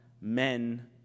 men